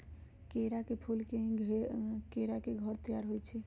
केरा के फूल से ही केरा के घौर तइयार होइ छइ